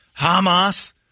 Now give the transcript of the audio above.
Hamas